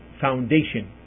foundation